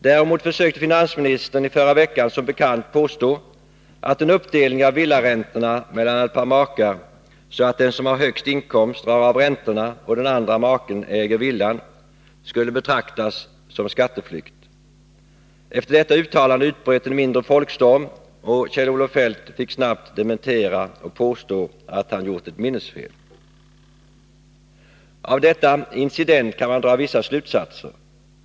Däremot försökte finansministern i förra veckan som bekant påstå att en uppdelning av villaräntorna mellan ett par makar, så att den som har högst inkomst drar av räntorna och den andra maken äger villan, skulle betraktas som skatteflykt. Efter detta uttalande utbröt en mindre folkstorm, och Kjell-Olof Feldt fick snabbt dementera och påstå att han gjort sig skyldig till ett minnesfel. Av denna incident kan man dra vissa slutsatser.